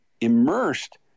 immersed